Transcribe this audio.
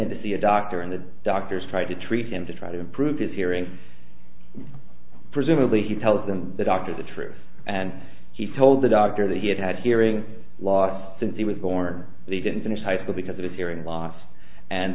in to see a doctor and the doctors tried to treat him to try to improve his hearing presumably he tells them the doctors the truth and he told the doctor that he had had hearing loss since he was born he didn't finish high school because of a hearing loss and